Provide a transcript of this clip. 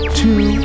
two